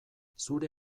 zure